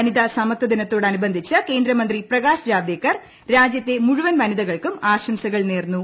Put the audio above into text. വനിതാ സമത്വ ദിനത്തോടനുബന്ധിച്ച് കേന്ദ്ര മന്ത്രി പ്രകാശ് ജാവദേക്കർ രാജ്യത്തെ മുഴുവൻ വനിതകൾക്കും ആശംസകൾ നേർന്നു